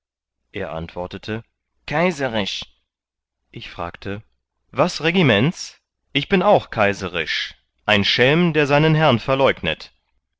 er antwortete kaiserisch ich fragte was regiments ich bin auch kaiserisch ein schelm der seinen herrn verleugnet